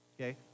Okay